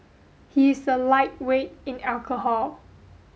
he is a lightweight in alcohol